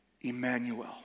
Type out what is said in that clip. Emmanuel